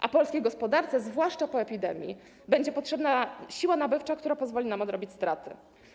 A polskiej gospodarce, zwłaszcza po epidemii, będzie potrzebna siła nabywcza, która pozwoli odrobić straty.